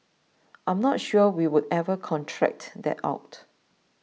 I am not sure we would ever contract that out